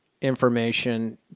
information